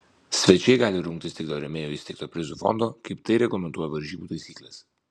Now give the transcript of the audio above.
svečiai gali rungtis tik dėl rėmėjų įsteigto prizų fondo kaip tai reglamentuoja varžybų taisyklės